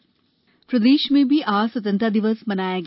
स्वतंत्रता दिवस प्रदेश प्रदेश मे भी आज स्वतंत्रता दिवस मनाया गया